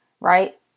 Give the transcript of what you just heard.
right